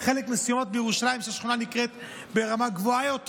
גם בחלק מהשכונות המסוימות בירושלים יש שכונה שברמה גבוהה יותר,